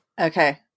okay